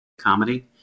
comedy